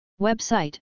Website